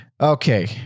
okay